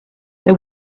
they